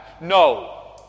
No